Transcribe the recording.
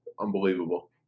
unbelievable